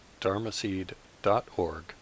dharmaseed.org